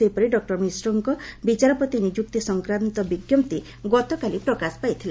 ସେହିପରି ଡକୁର ମିଶ୍ରଙ୍କ ବିଚାରପତି ନିଯୁକ୍ତି ସଂକ୍ରାନ୍ତ ବିଙ୍କପ୍ତି ଗତକାଲି ପ୍ରକାଶ ପାଇଥିଲା